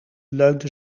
leunde